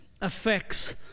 affects